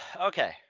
Okay